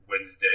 Wednesday